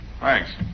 Thanks